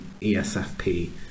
ESFP